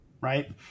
right